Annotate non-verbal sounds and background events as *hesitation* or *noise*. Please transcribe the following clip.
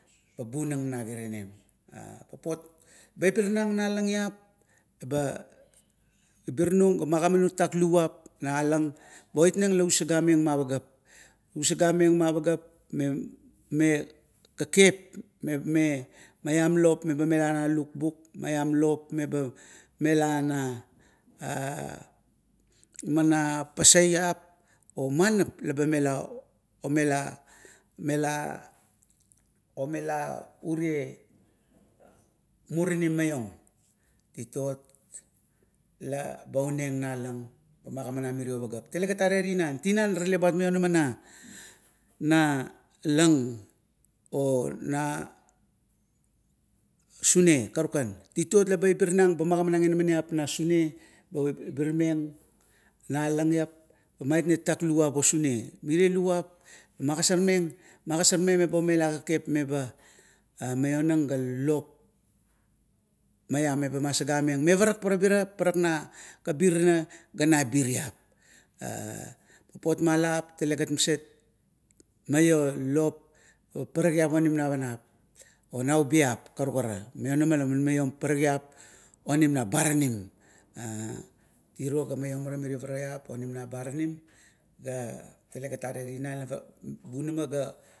Ba bunang na kirinim ea papot baibirnang na alangip. Ba ibirung ga magamanung tatak luvap nalang, ga baiot nang la usagameng ma pageap. Usagameng ma pageap me, me kekep, me maiam lop meba mela na lukbuk, maiam lop meba mela na, a na pasaiap, oman nap laba mela omela ure murinim maiong. Titot leba unang na lang ga magimanang mirio pageap, talegat are tinan, tinan ga tale buat maionama na lang o na sune, karuka. Titot ba i birnung ba magimarang inamaniap na sune, oba i bir meng na alang giap, ga tatak luvup o sune. Merie luvup magasormeng, magosormeng mea omela kekep meba maionang ga lop, maiam meba masagameng, e parak parabira, parak na kapirana, ga nabiriap. *hesitation* papot malap talegat maset maiong lop paparakgiap onim navanap o naubiap karukara. Pa man maionaa laman maio parakgiap oni na baranim. Tiro ga maiom ara miro parakgiap oim na baranim ga talegat are tinan la bunama ga.